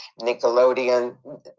Nickelodeon